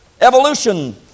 evolution